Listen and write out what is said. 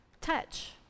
Touch